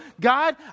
God